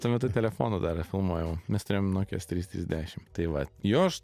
tuo metu telefonu dar filmuojam mes turėjom nokijas trys trys dešim tai vat jo aš